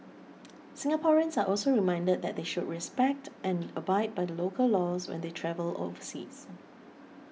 Singaporeans are also reminded that they should respect and abide by the local laws when they travel overseas